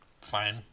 Fine